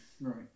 Right